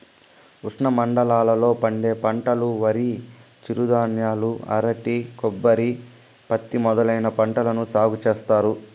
ఉష్ణమండలాల లో పండే పంటలువరి, చిరుధాన్యాలు, అరటి, కొబ్బరి, పత్తి మొదలైన పంటలను సాగు చేత్తారు